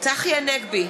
צחי הנגבי,